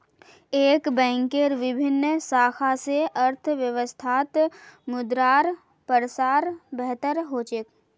एक बैंकेर विभिन्न शाखा स अर्थव्यवस्थात मुद्रार प्रसार बेहतर ह छेक